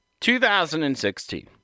2016